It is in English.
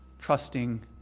trusting